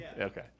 okay